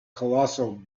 colossal